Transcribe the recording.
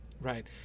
right